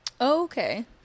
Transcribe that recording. Okay